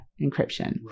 encryption